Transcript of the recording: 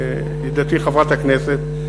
ידידתי חברת הכנסת,